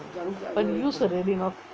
but use already